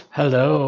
Hello